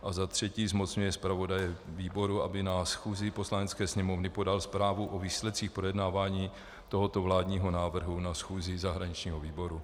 A za třetí zmocňuje zpravodaje výboru, aby na schůzi Poslanecké sněmovny podal zprávu o výsledcích projednávání tohoto vládního návrhu na schůzi zahraničního výboru.